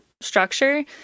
structure